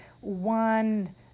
One